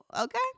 Okay